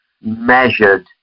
measured